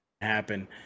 happen